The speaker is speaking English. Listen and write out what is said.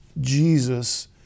Jesus